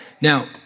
Now